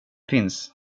finns